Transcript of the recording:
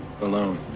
alone